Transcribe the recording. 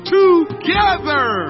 together